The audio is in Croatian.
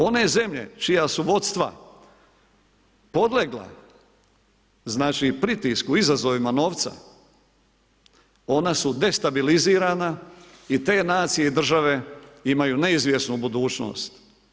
One zemlje čija su vodstva podlegla pritisku i izazovima novca, one su destabilizirana i te nacije i države imaju neizvjesnu budućnost.